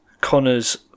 Connor's